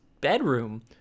bedroom